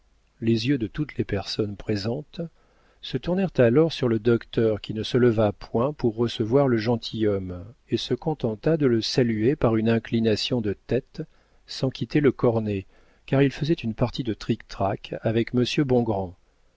les yeux de toutes les personnes présentes se tournèrent alors sur le docteur qui ne se leva point pour recevoir le gentilhomme et se contenta de le saluer par une inclination de tête sans quitter le cornet car il faisait une partie de trictrac avec monsieur